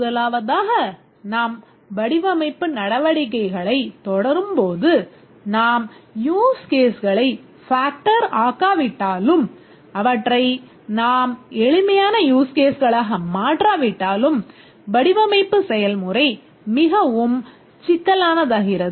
முதலாவதாக நாம் வடிவமைப்பு நடவடிக்கைகளைத் தொடரும்போது நாம் யூஸ் கேஸ்களை factor ஆக்காவிட்டாலும் அவற்றை நாம் எளிமையான யூஸ் கேஸ்களாக மாற்றாவிட்டாலும் வடிவமைப்பு செயல்முறை மிகவும் சிக்கலானதாகிறது